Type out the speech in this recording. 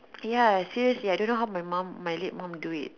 ya seriously I don't know how my mum my late mum do it